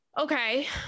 Okay